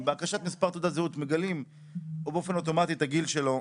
עם בקשת מספר תעודת זהות מגלים באופן אוטומטי את הגיל שלו,